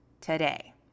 today